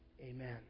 amen